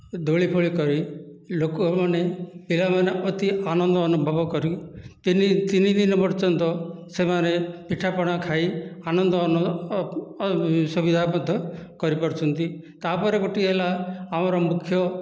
ଦୋଳି ଫୋଳି କରି ଲୋକମାନେ ପିଲାମାନେ ଅତି ଆନନ୍ଦ ଅନୁଭବ କରି ତିନି ତିନି ଦିନ ପର୍ଯ୍ୟନ୍ତ ସେମାନେ ପିଠାପଣା ଖାଇ ଆନନ୍ଦ କରିପାରୁଛନ୍ତି ତା'ପରେ ଗୋଟିଏ ହେଲା ଆମର ମୁଖ୍ୟ